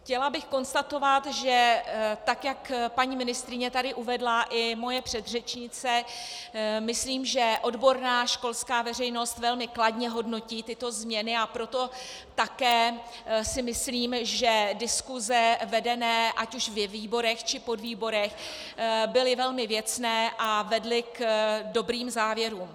Chtěla bych konstatovat, že, tak jak paní ministryně tady uvedla, i moje předřečnice, myslím, že odborná školská veřejnost velmi kladně hodnotí tyto změny, a proto si také myslím, že diskuse vedené ať už ve výborech, či podvýborech byly velmi věcné a vedly k dobrým závěrům.